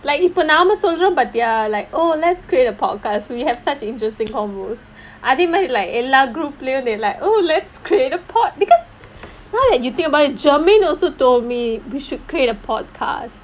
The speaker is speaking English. like இப்ப நாம சொல்றோம் பாத்தியா:ippa naama solrom paathiyaa but they're like oh let's create a podcast we have such interesting home rules அதே மாரி:athae maari like எல்லா:ellaa group they like oh let's create a pod because now that you think about it germaine also told me we should create a podcast